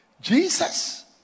Jesus